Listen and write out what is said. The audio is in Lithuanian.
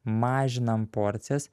mažinam porcijas